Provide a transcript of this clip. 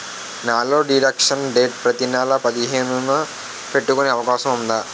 నా loan deduction date ప్రతి నెల పదిహేను న పెట్టుకునే అవకాశం ఉందా?